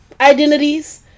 identities